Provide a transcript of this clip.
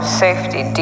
...safety